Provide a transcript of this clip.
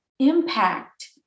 Impact